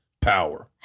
power